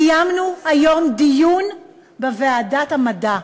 קיימנו היום דיון בוועדת המדע,